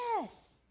Yes